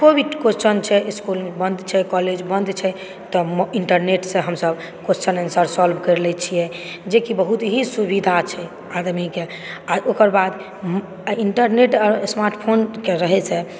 कोई भी क्वेश्चन छै इसकुल बन्द छै कॉलेज बन्द छै तब इन्टरनेट से हमसब क्वेश्चन अंसार सॉल्व कर लै छियै जेकि बहुत ही सुविधा छै आदमीके आ ओकर बाद इन्टरनेट आ स्मार्टफोनके रहय सऽ